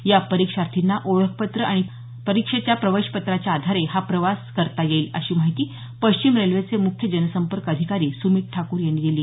या परीक्षार्थींना ओळखपत्र आणि परीक्षेच्या प्रवेशपत्राच्या आधारे हा प्रवास करता येईल अशी माहिती पश्चिम रेल्वेचे मुख्य जनसंपर्क अधिकारी सुमित ठाकूर यांनी दिली